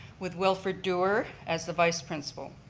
with wilford duer as the vice principle.